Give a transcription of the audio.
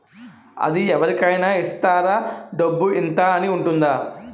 అది అవరి కేనా ఇస్తారా? డబ్బు ఇంత అని ఉంటుందా?